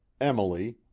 emily